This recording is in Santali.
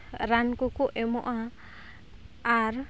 ᱨᱟᱱ ᱠᱚᱠᱚ ᱮᱢᱚᱜᱼᱟ ᱟᱨ